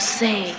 say